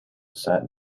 sat